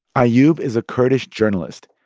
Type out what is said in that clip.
ah yeah ayub is a kurdish journalist.